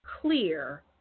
clear